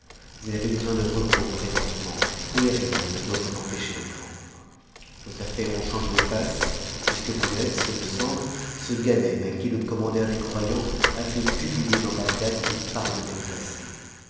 vous avez besoin de repos présentement et rien ne doit vous empêcher d'en prendre vos affaires ont changé de face puisque vous êtes ce me semble ce ganem à qui le commandeur des croyants a ait publier dans bagdad qu'il pardonnait le passé